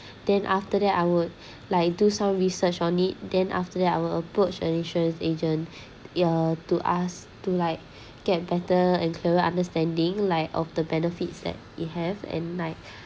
then after that I would like do some research on it then after that I will approach an insurance agent err to ask to like get better and clearer understanding like of the benefits that it have and like